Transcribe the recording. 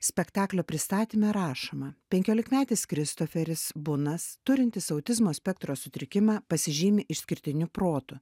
spektaklio pristatyme rašoma penkiolikmetis kristoferis bunas turintis autizmo spektro sutrikimą pasižymi išskirtiniu protu